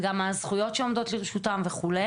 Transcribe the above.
מהן הזכויות שעומדות לרשותם וכו'.